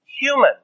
human